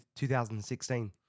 2016